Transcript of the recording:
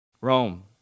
Rome